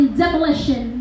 demolition